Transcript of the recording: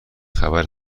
خبر